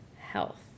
health